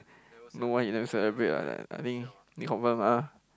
know why he never celebrate ah I think he confirm ah